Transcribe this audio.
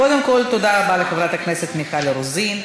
קודם כול, תודה רבה לחברת הכנסת מיכל רוזין.